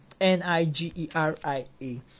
N-I-G-E-R-I-A